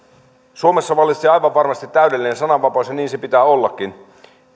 suomessa vallitsee aivan varmasti täydellinen sananvapaus ja niin sen pitää ollakin